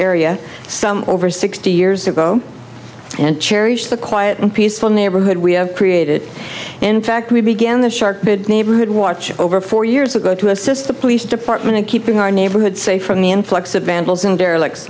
area over sixty years ago and cherish the quiet and peaceful neighborhood we have created in fact we began the shark neighborhood watch over four years ago to assist the police department in keeping our neighborhood safe from the influx of vandal